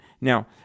Now